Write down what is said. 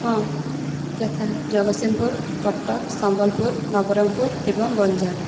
ହଁ ଯଥା ଜଗତସିଂହପୁର କଟକ ସମ୍ବଲପୁର ନବରଙ୍ଗପୁର ଏବଂ ଗଞ୍ଜାମ